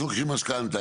אלה שלוקחים משכנתא,